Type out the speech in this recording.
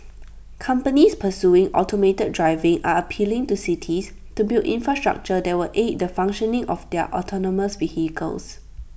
companies pursuing automated driving are appealing to cities to build infrastructure that will aid the functioning of their autonomous vehicles